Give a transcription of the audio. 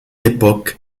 époque